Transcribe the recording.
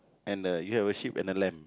and you have a sheep and a lamb